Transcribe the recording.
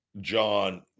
John